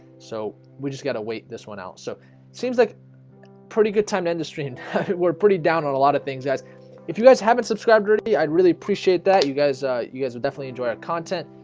so we just got to wait this one out so it seems like pretty good time to industry and we're pretty down on a lot of things as if you guys haven't subscribed ribby i'd really appreciate that you guys you guys will definitely enjoy our content.